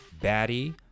Batty